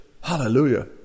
Hallelujah